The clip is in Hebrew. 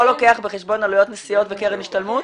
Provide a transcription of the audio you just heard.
לוקח בחשבון עלויות נסיעות וקרן השתלמות.